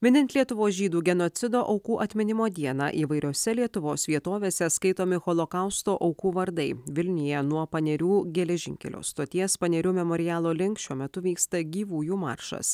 minint lietuvos žydų genocido aukų atminimo dieną įvairiose lietuvos vietovėse skaitomi holokausto aukų vardai vilnija nuo panerių geležinkelio stoties panerių memorialo link šiuo metu vyksta gyvųjų maršas